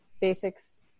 basics